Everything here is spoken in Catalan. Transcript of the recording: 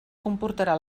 comportarà